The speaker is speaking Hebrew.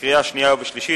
לקריאה שנייה ולקריאה שלישית.